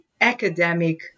academic